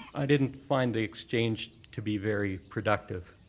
i didn't find the exchange to be very productive.